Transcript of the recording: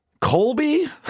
Colby